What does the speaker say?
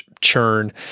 churn